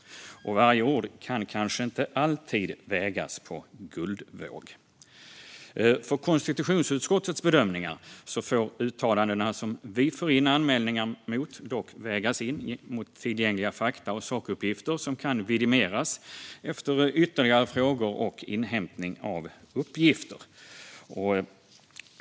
Och varje ord kan kanske inte alltid vägas på guldvåg. För konstitutionsutskottets bedömningar får de uttalanden som vi får in anmälningar om dock vägas mot tillgängliga fakta och sakuppgifter som kan vidimeras efter ytterligare frågor och inhämtning av uppgifter.